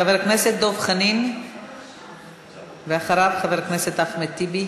חבר הכנסת דב חנין, ואחריו, חבר הכנסת אחמד טיבי.